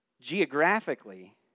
geographically